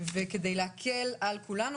כדי להקל על כולנו,